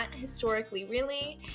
historicallyreally